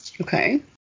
Okay